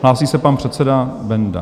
Hlásí se pan předseda Benda.